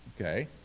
okay